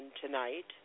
tonight